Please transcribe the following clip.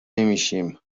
نمیشیم